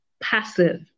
passive